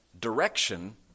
direction